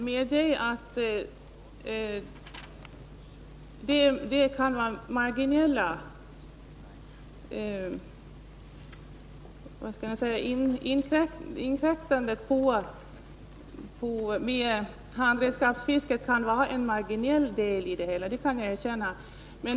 Herr talman! Jag kan medge att inkräktandet vid handredskapsfisket kan vara en marginell del av det hela.